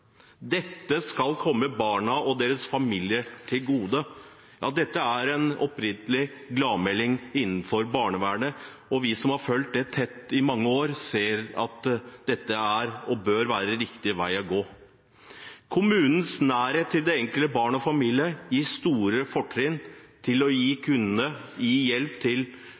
Dette skal komme barna og deres familier til gode. Ja, dette er en oppriktig gladmelding innenfor barnevernet, og vi som har fulgt det tett i mange år, ser at dette er og bør være riktig vei å gå. Kommunens nærhet til det enkelte barn og den enkelte familie gir store fortrinn når det gjelder å kunne gi hjelp til barna og deres familie. Bred kjennskap til